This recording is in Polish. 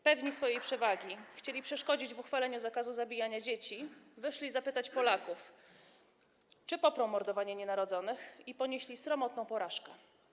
Pewni swojej przewagi chcieli przeszkodzić w uchwaleniu zakazu zabijania dzieci, wyszli zapytać Polaków, czy poprą mordowanie nienarodzonych i ponieśli sromotną porażkę.